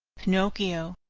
pinocchio,